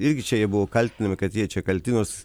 irgi čia jie buvo kaltinami kad jie čia kalti nors